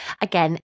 again